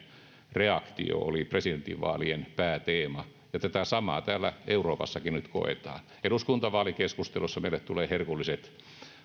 reaktio oli presidentinvaalien pääteema ja tätä samaa täällä euroopassakin nyt koetaan eduskuntavaalikeskustelussa meille tulee herkulliset